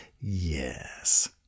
Yes